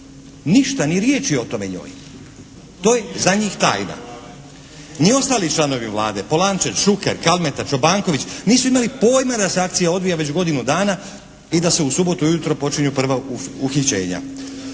Ništa ni riječi o tome njoj. To je za njih tajna. Ni ostali članovi Vlade, Polančec, Šuker, Kalmeta, Čobanković nisu imali pojma da se akcija odvija već godinu dana i da se u subotu ujutro počinju prva uhićenja.